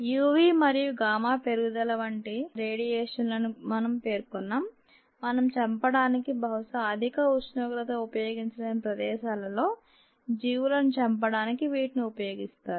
UV మరియు gamma పెరుగుదల వంటి రేడియేషన్ లను మనం పేర్కొన్నాం మనం చంపడానికి బహుశా అధిక ఉష్ణోగ్రతఉపయోగించలేని ప్రదేశాలలో జీవులను చంపడానికి వీటిని ఉపయోగిస్తారు